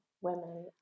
women